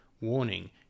Warning